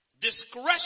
Discretion